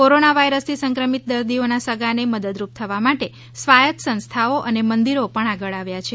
corona વાયરસથી સંક્રમિત દર્દીઓનાં સગાંને મદદરૂપ થવા માટે સ્વાયત સંસ્થાઓ અને મંદિરો પણ આગળ આવ્યા છે